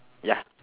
ya